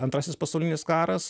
antrasis pasaulinis karas